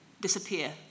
disappear